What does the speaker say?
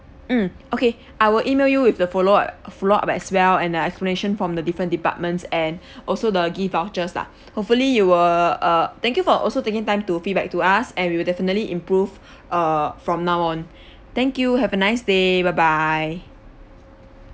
mm okay I will email you with the follow uh follow up as well and the explanation from the different departments and also the gift vouchers lah hopefully you will uh thank you for also taking time to feedback to us and we will definitely improve err from now on thank you have a nice day bye bye